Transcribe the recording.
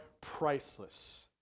priceless